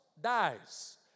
dies